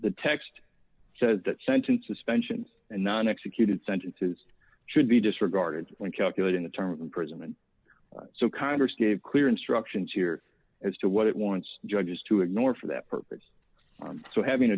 the text says that sentence suspensions and not executed sentences should be disregarded when calculating the term of imprisonment so congress gave clear instructions here as to what it wants judges to ignore for that purpose so having